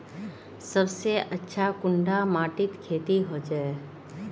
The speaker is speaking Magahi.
सबसे अच्छा कुंडा माटित खेती होचे?